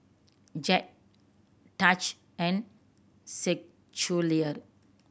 Jett Taj and Schuyler